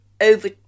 over